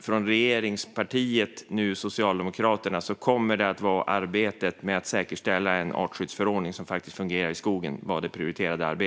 För regeringspartiet Socialdemokraterna kommer nu arbetet med att säkerställa en artskyddsförordning som faktiskt fungerar i skogen att vara det prioriterade.